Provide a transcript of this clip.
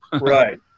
Right